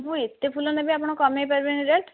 ମୁଁ ଏତେ ଫୁଲ ନେବି ଆପଣ କମାଇ ପାରିବେନି ରେଟ୍